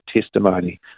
testimony